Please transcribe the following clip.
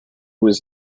was